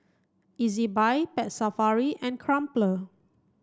Ezbuy Pet Safari and Crumpler